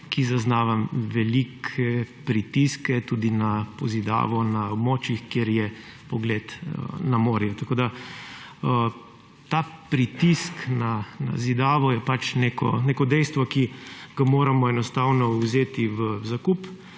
ki zaznavam velike pritiske tudi na pozidavo na območjih, kjer je pogled na morje. Tako ta pritisk na zidavo je pač neko dejstvo, ki ga moramo enostavno vzeti v zakup,